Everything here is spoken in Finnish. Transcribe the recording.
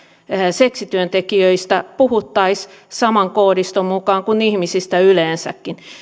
seksityöntekijöistä puhuttaisiin saman koodiston mukaan kuin ihmisistä yleensäkin